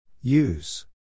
Use